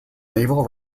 naval